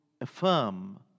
affirm